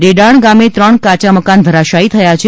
ડેડાણ ગામે ત્રણ કાયા મકાન ધરાશાયી થયા છે